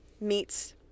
meets